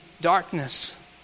darkness